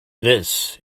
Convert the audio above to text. this